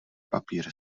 papír